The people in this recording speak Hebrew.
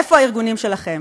איפה הארגונים שלכם?